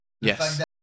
yes